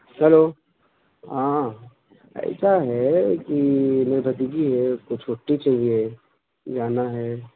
hello ہاں ایسا ہے کہ میری بھیتیجی ہے اس کو چھٹی چاہیے جانا ہے